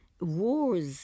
wars